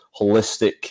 holistic